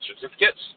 certificates